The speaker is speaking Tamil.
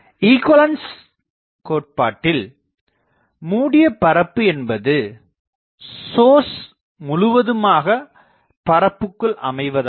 ஈகுவலன்ஸ் கோட்பாட்டில் மூடிய பரப்பு என்பது சோர்ஸ் முழுவதுமாகப் பரப்புக்குள் அமைவது ஆகும்